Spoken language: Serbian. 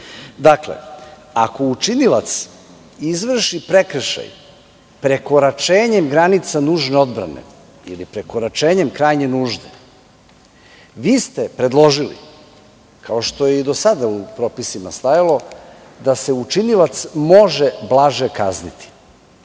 objasnim. Ako učinilac izvrši prekršaj prekoračenjem granica nužne odbrane ili prekoračenjem krajnje nužde, vi ste predložili, kao što je i do sada u propisima stajalo, da se učinilac može blaže kazniti.